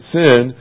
sin